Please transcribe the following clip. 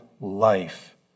life